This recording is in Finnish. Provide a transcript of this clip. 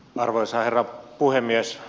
arvoisa herra puhemies